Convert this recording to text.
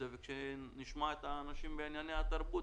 שכנשמע את האנשים בעניין התרבות,